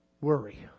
worry